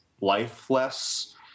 Lifeless